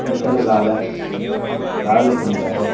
किशनलालः लालचन्दः